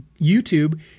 YouTube